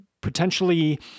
potentially